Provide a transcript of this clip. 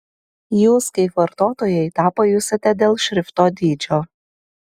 jūs kaip vartotojai tą pajusite dėl šrifto dydžio